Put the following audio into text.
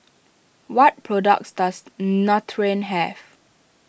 what products does Nutren have